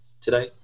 Today